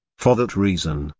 for that reason,